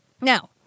Now